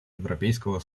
европейского